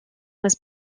was